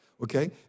Okay